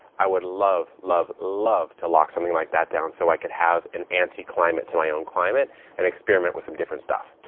i would love, love, love to lock something like that down so i could have an anti-climate to my own climate and experiment with some different stuff.